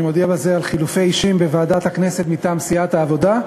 אני מודיע בזה על חילופי אישים בוועדת הכנסת מטעם סיעת העבודה: